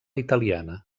italiana